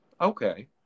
okay